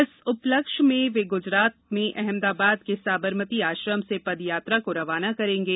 इस उपलक्ष्य में वे गुजरात में अहमदाबाद के साबरमती आश्रम से पद यात्रा को रवाना करेंगे